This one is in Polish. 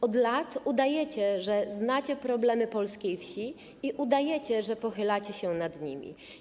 Od lat udajecie, że znacie problemy polskiej wsi, udajecie, że pochylacie się nad nimi.